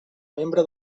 membre